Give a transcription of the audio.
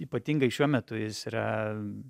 ypatingai šiuo metu jis yra